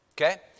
okay